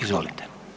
Izvolite.